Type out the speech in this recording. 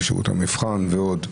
בשירות המבחן ועוד.